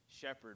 shepherd